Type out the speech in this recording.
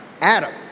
Adam